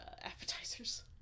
appetizers